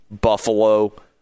Buffalo